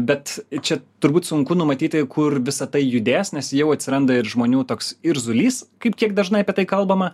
bet čia turbūt sunku numatyti kur visa tai judės nes jau atsiranda ir žmonių toks irzulys kaip kiek dažnai apie tai kalbama